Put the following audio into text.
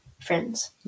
friends